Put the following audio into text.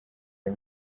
iyo